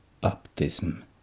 baptism